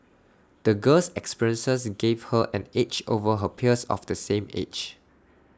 the girl's experiences gave her an edge over her peers of the same age